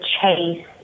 chase